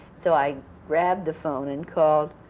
so i grabbed the phone and called,